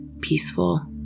peaceful